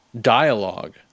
dialogue